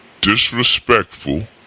Disrespectful